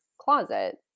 closet